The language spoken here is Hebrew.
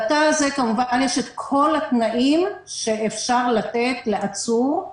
בתא הזה יש את כל התנאים שאפשר לתת לעצור,